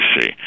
see